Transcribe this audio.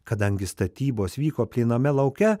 kadangi statybos vyko plyname lauke